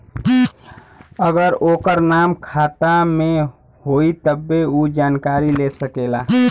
अगर ओकर नाम खाता मे होई तब्बे ऊ जानकारी ले सकेला